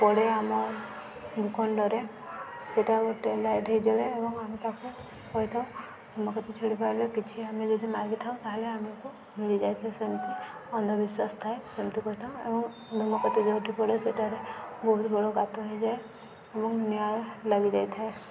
ପଡ଼େ ଆମ ଭୂଖଣ୍ଡରେ ସେଟା ଗୋଟେ ଲାଇଟ୍ ହୋଇଯାଏ ଏବଂ ଆମେ ତାକୁ କହିଥାଉ ଧୂମକାତି ଛାଡ଼ିଲାବେଳେ କିଛି ଆମେ ଯଦି ମାଗିଥାଉ ତାହେଲେ ଆମକୁ ମିଳିଯାଇଥାଏ ସେମିତି ଅନ୍ଧବିଶ୍ୱାସ ଥାଏ ସେମିତି କହିଥାଉ ଏବଂ ଧୂମକେତୁ ଯୋଉଠି ପଡ଼େ ସେଠାରେ ବହୁତ ବଡ଼ ଗାତ ହୋଇଯାଏ ଏବଂ ନିଆଁ ଲାଗିଯାଇଥାଏ